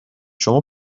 شما